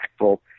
impactful